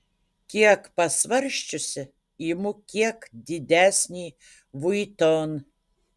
kiek pasvarsčiusi imu kiek didesnį vuitton